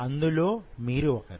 అందులో మీరు ఒకరు